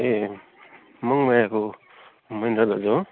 ए मङमायाको म्यानेजर दाजु हो